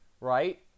right